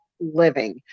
living